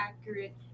accurate